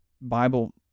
Bible